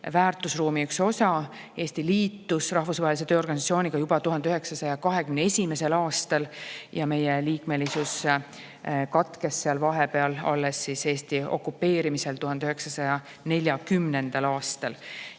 väärtusruumi üks osa. Eesti liitus Rahvusvahelise Tööorganisatsiooniga juba 1921. aastal ja meie liikmelisus katkes seal vahepeal alles Eesti okupeerimisel 1940. aastal.